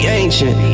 ancient